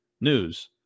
news